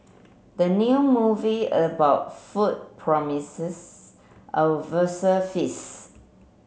the new movie about food promises a verse feast